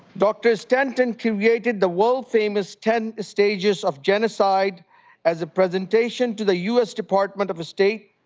dr. stanton created the world famous ten stages of genocide as a presentation to the u s. department of state.